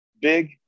big